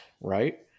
right